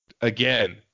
again